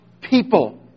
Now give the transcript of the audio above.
people